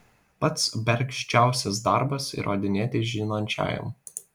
pats bergždžiausias darbas įrodinėti žinančiajam